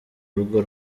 urugo